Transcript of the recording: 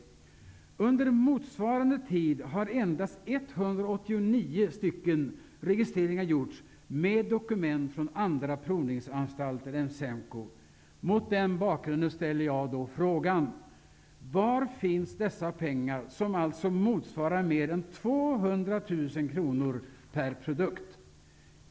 Under motsvarande tid har endast 189 stycken registreringar gjorts med dokument från andra provningsanstalter än SEMKO. Mot den bakgrunden ställer jag frågan: Var finns dessa pengar, som alltså motsvarar mer än 200 000 kronor per produkt?